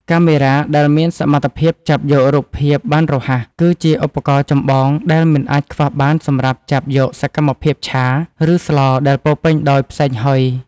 កាមេរ៉ាដែលមានសមត្ថភាពចាប់យករូបភាពបានរហ័ស គឺជាឧបករណ៍ចម្បងដែលមិនអាចខ្វះបានសម្រាប់ចាប់យកសកម្មភាពឆា ឬស្លដែលពោរពេញដោយផ្សែងហុយ។